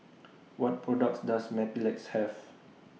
What products Does Mepilex Have